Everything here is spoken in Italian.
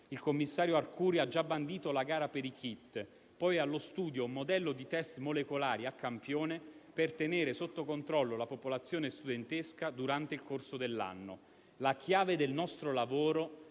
il commissario Arcuri ha già bandito la gara per i *kit* - ed è poi allo studio un modello di *test* molecolare a campione per tenere sotto controllo la popolazione studentesca durante il corso dell'anno. La chiave del nostro lavoro è